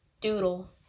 doodle